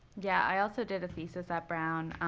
yeah, i also did a thesis at brown.